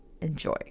enjoy